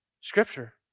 scripture